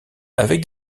avec